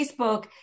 Facebook